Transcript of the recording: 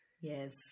Yes